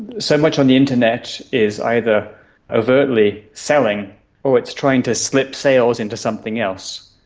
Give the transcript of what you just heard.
so much on the internet is either overtly selling or it's trying to slip sales into something else.